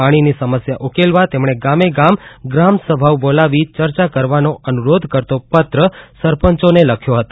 પાણીની સમસ્યા ઉકેલવા તેમણે ગામે ગામ ગ્રામસભાઓ બોલાવી ચર્ચા કરવાનો અનુરોધ કરતો પત્ર સરપંચોને લખ્યો છે